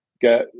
get